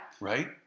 Right